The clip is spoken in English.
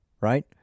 right